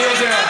אני יודע.